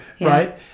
right